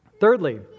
Thirdly